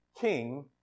king